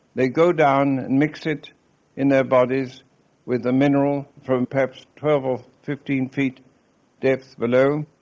they go down and mix it in their bodies with the mineral from perhaps twelve or fifteen feet depth below,